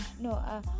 No